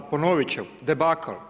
Ponovit ću – debakl.